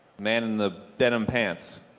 man in the denim pants.